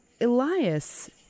Elias